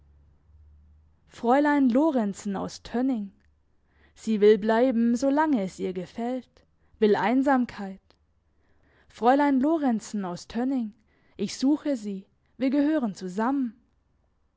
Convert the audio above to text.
fräulein lorenzen aus tönning sie will bleiben so lange es ihr gefällt will einsamkeit fräulein lorenzen aus tönning ich suche sie wir gehören zusammen